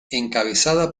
encabezada